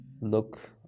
look